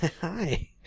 Hi